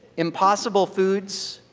impossible foods,